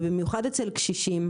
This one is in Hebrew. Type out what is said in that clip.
ובמיוחד אצל קשישים,